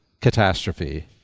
catastrophe